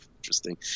interesting